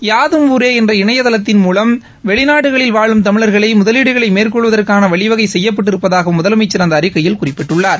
யாதும் ஊரே என்ற இணையதளத்தின் மூலம் வெளிநாடுகளில் வாழும் தமிழர்களை முதவீடுகளை மேற்கொள்வதற்கான வழிவகை செய்யப்பட்டிருப்பதாகவும் அறிக்கையில் குறிப்பிட்டுள்ளார்